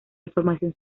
información